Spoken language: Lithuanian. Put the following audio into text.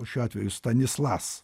šiuo atveju stanislas